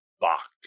Bach